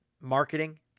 marketing